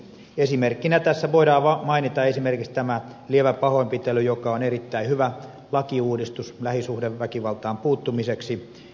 esimerkkinä tässä voidaan mainita tämä lievä pahoinpitely joka on erittäin hyvä lakiuudistus lähisuhdeväkivaltaan puuttumiseksi